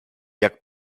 jak